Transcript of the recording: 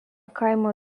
kaimo